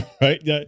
right